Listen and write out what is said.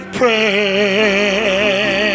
prayer